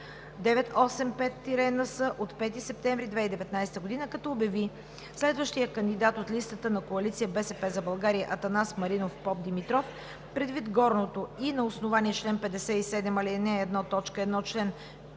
985-НС от 5 септември 2019 г., като обяви следващия кандидат от листата на коалиция „БСП за България“ Атанас Маринов Попдимитров. Предвид горното и на основание чл. 57, ал.